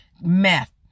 meth